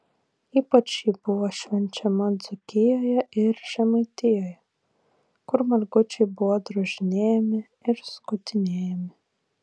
ypač ji buvo švenčiama dzūkijoje ir žemaitijoje kur margučiai buvo drožinėjami ir skutinėjami